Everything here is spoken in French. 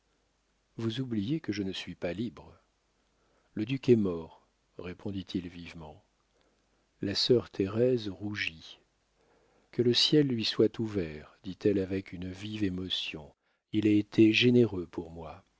vous oubliez que je ne suis pas libre le duc est mort répondit-il vivement la sœur thérèse rougit que le ciel lui soit ouvert dit-elle avec une vive émotion il a été généreux pour moi